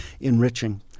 enriching